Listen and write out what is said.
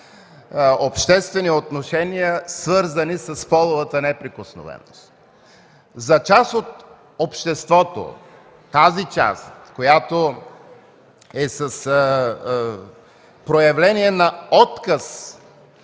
обществени отношения, свързани с половата неприкосновеност. За част от обществото, тази част която е с проявления на отказ